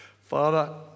Father